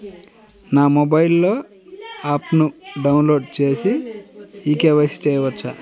నా మొబైల్లో ఆప్ను డౌన్లోడ్ చేసి కే.వై.సి చేయచ్చా?